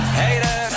haters